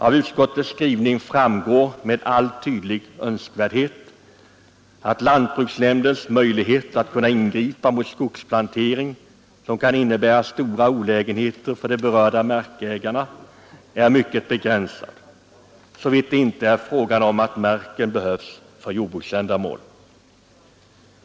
Av utskottets skrivning framgår med all önskvärd tydlighet att lantbruksnämndens möjlighet att ingripa mot skogsplantering som kan innebära stora olägenheter för de berörda markägarna är mycket begränsad, såvitt det inte är fråga om att marken behövs för jordbruksändamål.